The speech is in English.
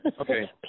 Okay